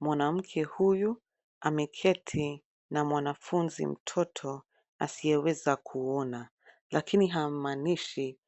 Mwanamke huyu ameketi na mwanafunzi mtoto asiyeweza kuona, lakini hamaanishi